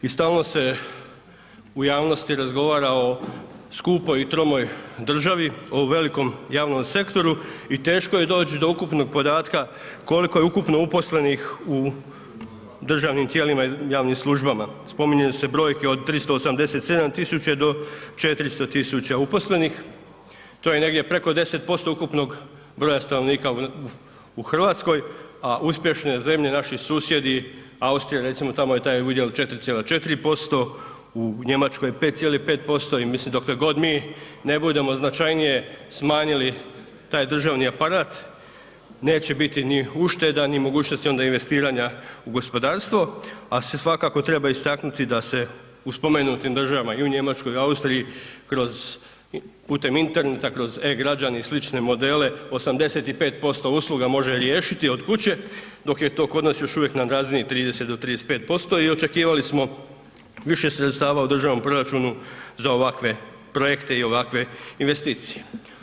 I stalno se u javnosti razgovara o skupoj i tromoj državi, o velikom javnom sektoru i teško je doć do ukupnog podatka koliko je ukupno uposlenih u državnim tijelima i javnim službama, spominju se brojke od 387 000 do 400 000 uposlenih, to je negdje preko 10% ukupnog broja stanovnika u RH, a uspješne zemlje, naši susjedi, Austrija recimo, tamo je taj udjel 4,4%, u Njemačkoj je 5,5% i mislim dok god mi ne budemo značajnije smanjili taj državni aparat, neće biti ni ušteda, ni mogućnosti onda investiranja u gospodarstvo, a svakako treba istaknuti da se u spomenutim državama i u Njemačkoj i u Austriji kroz, putem interneta, kroz e-građani i slične modele, 85% usluga može riješiti od kuće, dok je to kod nas još uvijek na razini 30 do 35% i očekivali smo više sredstava u državnom proračunu za ovakve projekte i ovakve investicije.